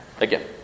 again